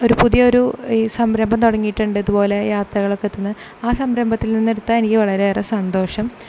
ഒരു പുതിയൊരു ഈ സംരംഭം തുടങ്ങിയിട്ടുണ്ട് ഇതുപോലെ യാത്രകളൊക്കെ എത്തുന്ന ആ സംരംഭത്തിൽ നിന്ന് എടുത്താൽ എനിക്ക് വളരെയേറെ സന്തോഷം